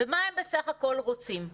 ומה הם בסך הכול רוצים?